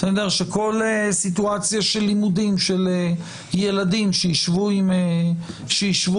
בכל סיטואציה של לימודים של ילדים, שישבו עם מסכה.